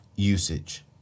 usage